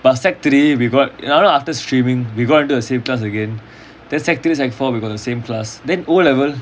but sec three we got you know after streaming we got into the same class again then sec three sec four we got the same class then O level